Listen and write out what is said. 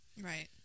Right